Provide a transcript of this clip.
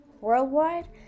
Worldwide